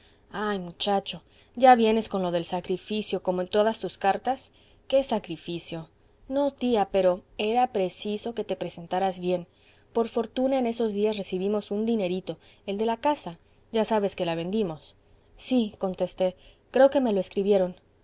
ah muchacho ya vienes con lo del sacrificio como en todas tus cartas qué sacrificio no tía pero era preciso que te presentaras bien por fortuna en esos días recibimos un dinerito el de la casa ya sabes que la vendimos sí contesté creo que me lo escribieron